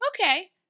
Okay